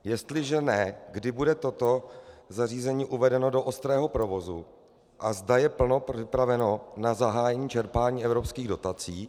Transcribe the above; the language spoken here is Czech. Jestliže ne, kdy bude toto zařízení uvedeno do ostrého provozu a zda je připraveno na zahájení čerpání evropských dotací.